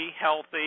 healthy